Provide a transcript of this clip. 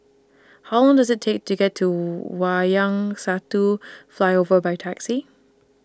How Long Does IT Take to get to Wayang Satu Flyover By Taxi